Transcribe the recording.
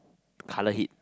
colour hit